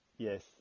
Yes